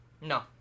No